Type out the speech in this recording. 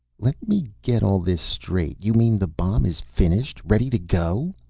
let me get all this straight. you mean the bomb is finished? ready to go?